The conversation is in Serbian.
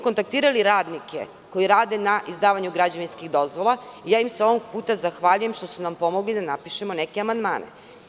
Kontaktirali smo radnike koji rade na izdavanju građevinskih dozvola i ovog puta im se zahvaljujem što su nam pomogli da napišemo neke amandmane.